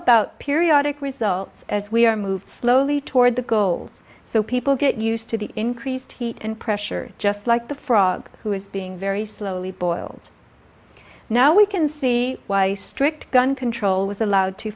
about periodic results as we are moved slowly toward the goals so people get used to the increased heat and pressure just like the frog who is being very slowly boiled now we can see why strict gun control was allowed to